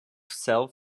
self